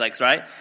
right